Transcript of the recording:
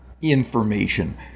information